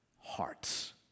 hearts